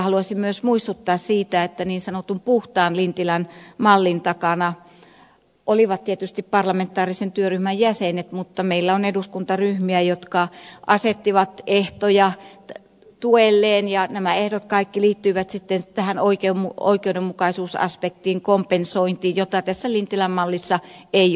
haluaisin myös muistuttaa siitä että niin sanotun puhtaan lintilän mallin takana olivat tietysti parlamentaarisen työryhmän jäsenet mutta meillä on eduskuntaryhmiä jotka asettivat ehtoja tuelleen ja nämä kaikki ehdot liittyivät tähän oikeudenmukaisuusaspektiin kompensointiin jota tässä lintilän mallissa ei ole